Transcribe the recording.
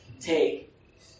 take